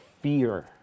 fear